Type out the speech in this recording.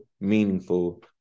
meaningful